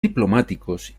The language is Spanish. diplomáticos